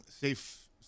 safe